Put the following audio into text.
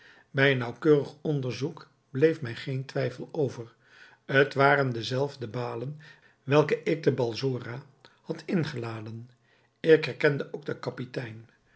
bij een naauwkeurig onderzoek bleef mij geen twijfel over het waren de zelfde balen welke ik te balsora had ingeladen ik herkende ook den kapitein